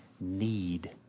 need